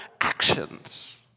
actions